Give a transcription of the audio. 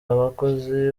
abakozi